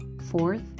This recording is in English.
Fourth